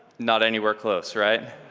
not anywhere close, right?